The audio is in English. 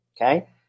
Okay